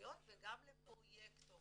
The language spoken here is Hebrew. חברתיות וגם לפרויקטור